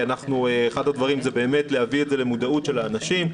אחד הדברים זה באמת להביא את זה למודעות של האנשים,